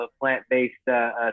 plant-based